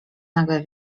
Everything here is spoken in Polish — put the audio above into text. nagle